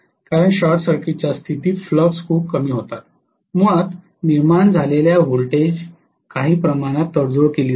कारण short circuit च्या स्थितीत फ्लक्स खूप कमी होतात मुळात निर्माण झालेल्या व्होल्टेजमध्ये काही प्रमाणात तडजोड होते